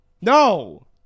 no